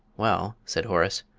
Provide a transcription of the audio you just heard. well, said horace,